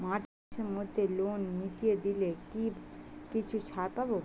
March মাসের মধ্যে loan মিটিয়ে দিলে কি কিছু ছাড় পাব?